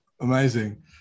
Amazing